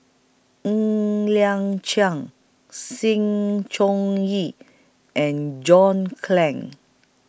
Ng Liang Chiang Sng Choon Yee and John Clang